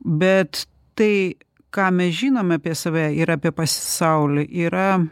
bet tai ką mes žinom apie save ir apie pasaulį yra